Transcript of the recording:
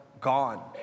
gone